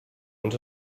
ens